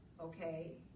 Okay